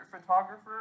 photographer